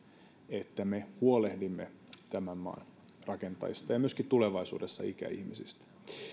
että me huolehdimme tämän maan rakentajista ja myöskin tulevaisuudessa ikäihmisistä